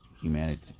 humanity